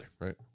Right